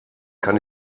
kann